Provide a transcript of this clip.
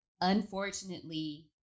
unfortunately